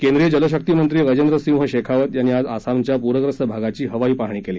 केंद्रीय जल शक्ति मंत्री गजस्त्रि सिंह शख्वित यांनी आज आसामच्या पूरग्रस्त भागाची हवाई पाहणी कली